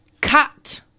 cut